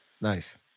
Nice